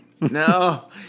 No